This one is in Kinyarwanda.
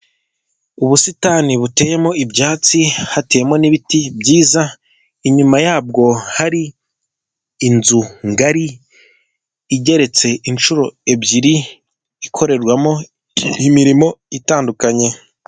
ubusitani buteyemo ibyatsi, hateyemo n'ibiti byiza. inyuma yabwo hari inzu ngari igeretse inshuro ebyiri, ikorerwamo n' imirimo itandukanye.